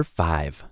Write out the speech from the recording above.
five